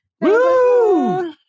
Woo